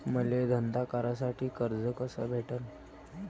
मले धंदा करासाठी कर्ज कस भेटन?